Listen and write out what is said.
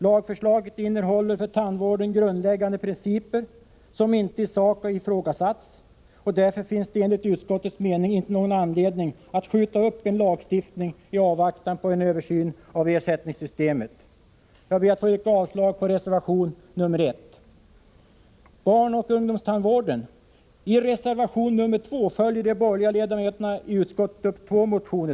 Lagförslaget innehåller för tandvården grundläggande principer, som inte i sak har ifrågasatts, och därför finns det enligt utskottets mening inte någon anledning att skjuta upp en lagstiftning i avvaktan på en översyn av ersättningssystemet. Jag ber att få yrka avslag på reservation nr 1. I reservation nr 2 följer de borgerliga ledamöterna i utskottet upp två motioner.